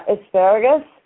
asparagus